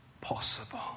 possible